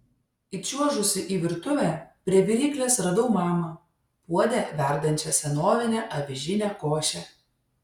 įčiuožusi į virtuvę prie viryklės radau mamą puode verdančią senovinę avižinę košę